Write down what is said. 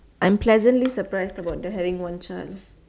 I'm pleasantly surprised about the having one child